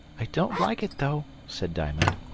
i don't like it though, said diamond.